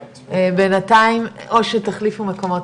או שתחליפו מקומות,